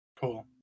Cool